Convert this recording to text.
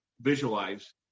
visualize